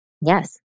Yes